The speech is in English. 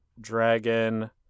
dragon